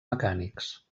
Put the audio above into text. mecànics